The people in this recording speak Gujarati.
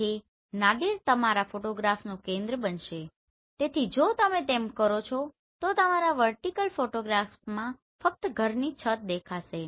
તેથી નાદિર તમારા ફોટોગ્રાફનું કેન્દ્ર બનશે તેથી જો તમે તેમ કરો છો તો તમારા વર્ટીકલ ફોટોગ્રાફમાં ફક્ત ઘરની છત દેખાશે